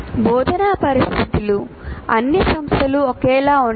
బోధనా పరిస్థితులు అన్ని సంస్థలు ఒకేలా ఉండవు